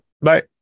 bye